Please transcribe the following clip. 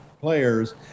players